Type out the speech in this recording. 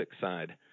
side